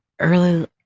early